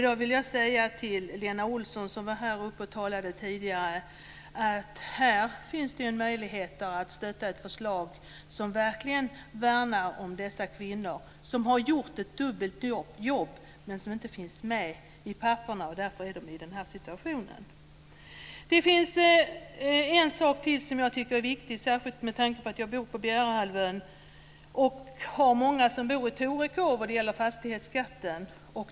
Jag vill säga till Lena Olsson, som var uppe och talade tidigare, att det här finns möjligheter att stötta ett förslag som verkligen värnar om dessa kvinnor, som har gjort ett dubbelt jobb som inte finns med i papperen. Därför är de i denna situation. Det finns en sak till som jag tycker är viktig, särskilt med tanke på att jag bor på Bjärehalvön och känner många som bor i Torekov. Det gäller fastighetsskatten.